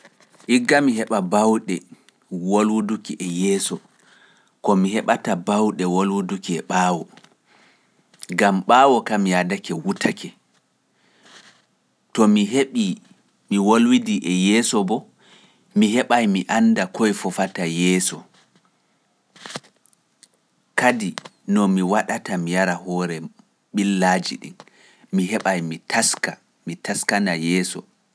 Igga mi heɓa baawɗe wolwuduki e yeeso, ko mi heɓata baawɗe wolwuduki e ɓaawo, gam ɓaawo kam yaadake wutake. To mi heɓii mi wolwidii e yeeso boo, mi heɓaay mi annda koye fofata yeeso, kadi no mi waɗata mi yara hoore ɓillaaji ɗin, mi heɓaay mi taska, mi taskana yeeso.